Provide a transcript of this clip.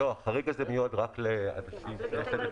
החריג הזה מיועד רק לאנשים שיש להם את